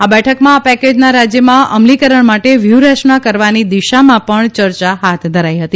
આ બેઠકમાં આ પેકેજના રાજ્યમાં અમલીકરણ માટે વ્યૂહરચના કરવાની દિશામાં પણ ચર્ચા હાથ ધરાઈ હતી